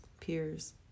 peers